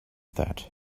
that